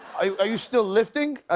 are you still lifting? ah